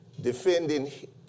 defending